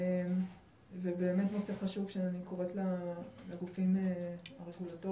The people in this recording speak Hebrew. זה נושא חשוב ואני קוראת לגופים הרגולטורים